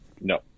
No